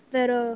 Pero